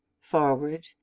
forward